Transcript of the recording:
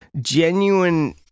genuine